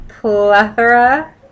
plethora